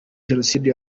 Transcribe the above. jenoside